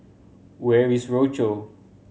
where is Rochor